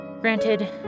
Granted